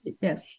yes